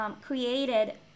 created